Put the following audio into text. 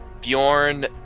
Bjorn